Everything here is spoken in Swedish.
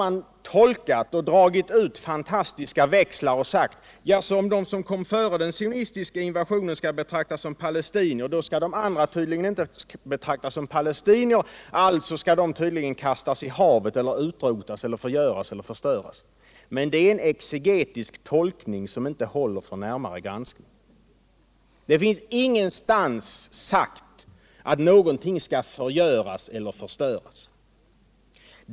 På detta har man dragit fantastiska växlar och sagt: Jaså, om de som kom före den sionistiska invasionen skall betraktas som palestinier, då skall de andra tydligen inte betraktas som palestinier. Alltså skall de kastas i havet eller utrotas eller förgöras eller förstöras. Detta är en exegetisk tolkning som inte håller för en närmare granskning. Det finns ingenstans sagt att någonting skall förgöras eller förstöras.